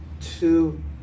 two